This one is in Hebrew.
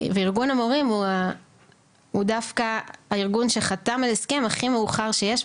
וארגון המורים הוא דווקא הארגון שחתם על הסכם הכי מאוחר שיש,